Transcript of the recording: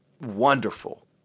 wonderful